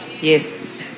Yes